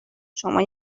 شما